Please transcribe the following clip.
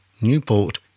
Newport